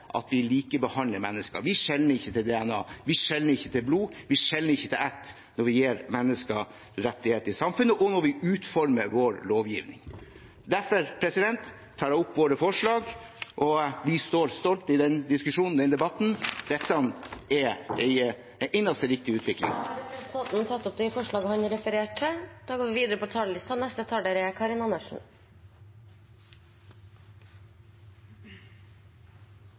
at de likebehandler mennesker. Vi skjeler ikke til DNA, vi skjeler ikke til blod, vi skjeler ikke til ætt når vi gir mennesker rettigheter i samfunnet, og når vi utformer vår lovgivning. Derfor tar jeg opp våre forslag. Vi står stolt i denne debatten. Dette er den eneste riktige utviklingen. Da har representanten Per-Willy Amundsen tatt opp de forslagene han refererte til. Den dagen Fremskrittspartiet fremmet dette representantforslaget i Stortinget, parkerte stortingsflertallet forslaget kontant der og